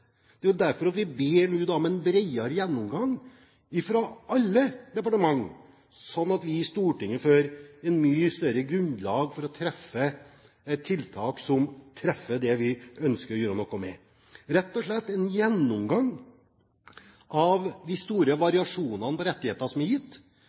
Det er derfor vi nå ber om en bredere gjennomgang fra alle departementer, sånn at vi i Stortinget får et mye bedre grunnlag for å treffe tiltak rettet inn mot det vi ønsker å gjøre noe med, at vi rett og slett får en gjennomgang av de store